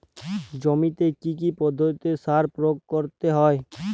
জমিতে কী কী পদ্ধতিতে সার প্রয়োগ করতে হয়?